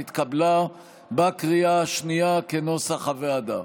התקבלה בקריאה השנייה כנוסח הוועדה.